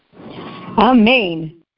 Amen